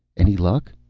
any luck?